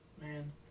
Man